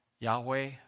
Yahweh